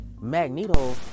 Magneto